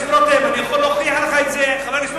אני יכול להוכיח לך את זה בכתובים.